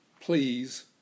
Please